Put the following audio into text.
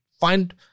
find